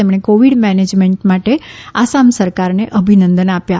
તેમણે covid management માટે આસામ સરકારને અભિનંદન આપ્યા